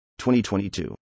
2022